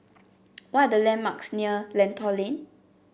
what are the landmarks near Lentor Lane